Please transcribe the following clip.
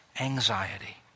anxiety